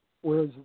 whereas